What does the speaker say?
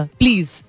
please